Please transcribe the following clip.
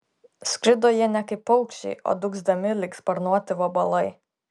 skrido jie ne kaip paukščiai o dūgzdami lyg sparnuoti vabalai